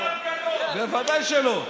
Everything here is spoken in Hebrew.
לא אמרתם דבר, בוודאי שלא.